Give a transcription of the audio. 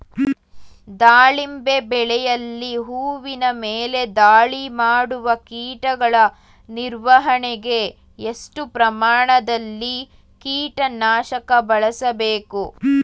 ದಾಳಿಂಬೆ ಬೆಳೆಯಲ್ಲಿ ಹೂವಿನ ಮೇಲೆ ದಾಳಿ ಮಾಡುವ ಕೀಟಗಳ ನಿರ್ವಹಣೆಗೆ, ಎಷ್ಟು ಪ್ರಮಾಣದಲ್ಲಿ ಕೀಟ ನಾಶಕ ಬಳಸಬೇಕು?